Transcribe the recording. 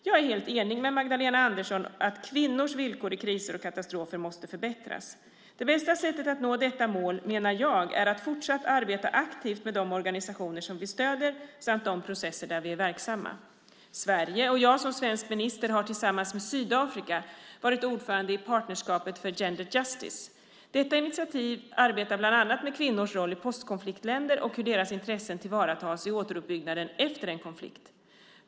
Jag är helt enig med Magdalena Andersson om att kvinnors villkor i kriser och katastrofer måste förbättras. Det bästa sättet att nå detta mål menar jag är att fortsätta att arbeta aktivt med de organisationer som vi stöder samt i de processer där vi är verksamma. Sverige, och jag som svensk minister, har tillsammans med Sydafrika varit ordförande i partnerskapet Gender Justice. Detta initiativ arbetar bland annat med kvinnors roll i postkonfliktländer och hur deras intressen tillvaratas i återuppbyggnaden efter en konflikt.